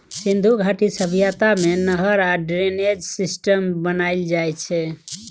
सिन्धु घाटी सभ्यता मे नहर आ ड्रेनेज सिस्टम बनाएल जाइ छै